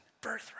birthright